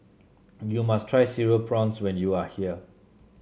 you must try Cereal Prawns when you are here